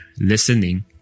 listening